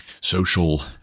social